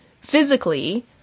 physically